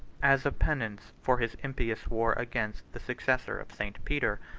as a penance for his impious war against the successor of st. peter,